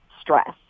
stress